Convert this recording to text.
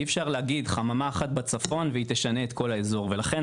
אי אפשר להגיד חממה אחת בצפון והיא תשנה א כל האזור ולכן